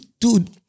dude